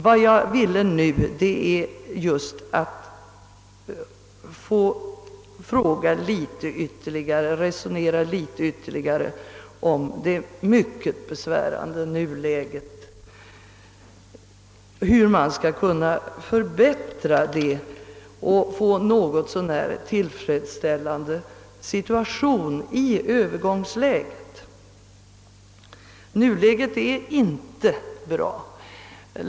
Vad jag ville nu är att få resonera litet ytterligare om hur man skall kunna förbättra det mycket besvärande nuläget och få en något så när tillfredsställande situation under Öövergångsskedet. Nuläget är som sagt besvärligt.